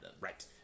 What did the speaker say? Right